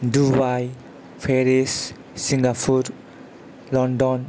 Dubai Paris Singapore London